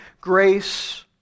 grace